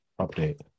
update